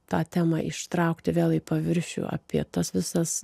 tą temą ištraukti vėl į paviršių apie tas visas